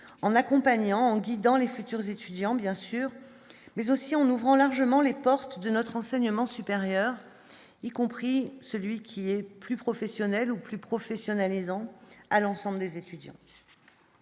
en accompagnant, guidant les futurs étudiants bien sûr mais aussi en ouvrant largement les portes de notre enseignement supérieur, y compris celui qui est plus professionnelle ou plus professionnalisant à l'ensemble des étudiants.